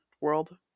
world